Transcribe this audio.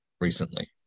recently